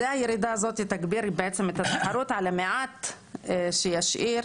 הירידה הזו תגביר את התחרות על המעט שיישאר